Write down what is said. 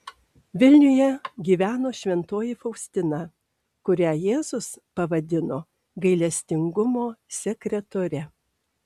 vilniuje gyveno šventoji faustina kurią jėzus pavadino gailestingumo sekretore